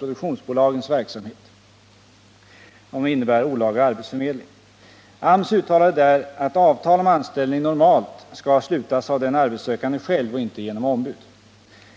produktionsbolagens verksamhet innebär olaga arbetsförmedling. AMS uttalade där att avtal om anställning normalt skall slutas av den arbetssökande själv och inte genom ombud.